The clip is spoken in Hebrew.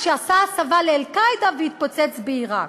שעשה הסבה ל"אל-קאעידה" והתפוצץ בעיראק.